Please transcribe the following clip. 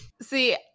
See